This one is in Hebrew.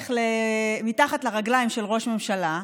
מתחת לרגליים של ראש ממשלה,